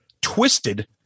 Twisted